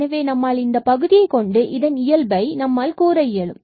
எனவே நம்மால் இந்தப் பகுதியை கொண்டு இதன் இயல்பை நம்மால் கூற இயலும்